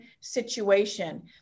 situation